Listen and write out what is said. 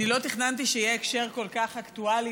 אני לא תכננתי שיהיה הקשר כל כך אקטואלי